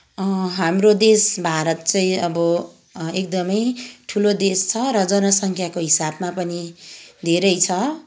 हाम्रो देश भारत चाहिँ अब एकदमै ठुलो देश छ र जनसङ्ख्याको हिसाबमा पनि धेरै छ